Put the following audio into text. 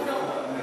זה לא נכון.